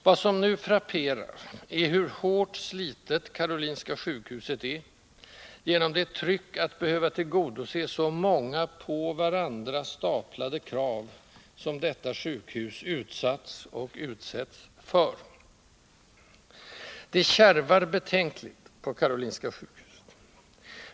Vad som nu frapperar är hur hårt slitet Karolinska sjukhuset är genom det tryck att behöva tillgodose så många på varandra staplade krav som detta sjukhus utsatts och utsätts för. Det kärvar betänkligt på Karolinska sjukhuset.